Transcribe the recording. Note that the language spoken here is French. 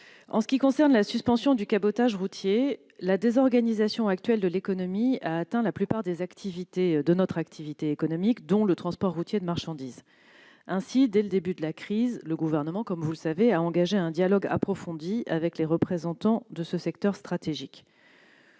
en ce qui concerne la suspension du cabotage routier, la désorganisation actuelle de l'économie a atteint la plupart des activités économiques, dont le transport routier de marchandises. Ainsi, dès le début de la crise, le Gouvernement a engagé un dialogue approfondi avec les représentants de ce secteur stratégique.